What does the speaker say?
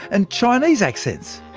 and chinese accents.